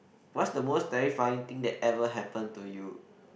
what's the most terrifying thing that ever happen to you